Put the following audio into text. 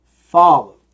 follow